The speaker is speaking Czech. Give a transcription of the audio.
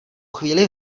chvíli